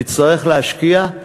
נצטרך להשקיע,